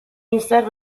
instead